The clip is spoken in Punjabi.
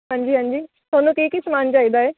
ਹਾਂਜੀ ਹਾਂਜੀ ਤੁਹਾਨੂੰ ਕੀ ਕੀ ਸਮਾਨ ਚਾਹੀਦਾ ਹੈ